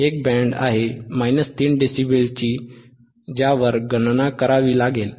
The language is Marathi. एक बँड आहे 3 dB ची ज्यावर गणना करावी लागेल